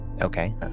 Okay